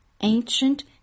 ancient